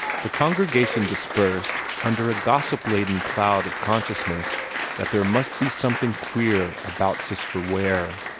the congregation dispersed under a gossip-laden cloud of consciousness that there must be something queer about sister ware.